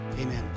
amen